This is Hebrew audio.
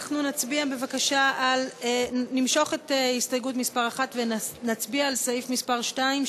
אנחנו נמשוך את הסתייגות מס' 1 ונצביע על הסתייגות מס' 2,